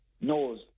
knows